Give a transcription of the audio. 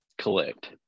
collect